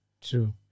true